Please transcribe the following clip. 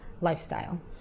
lifestyle